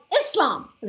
Islam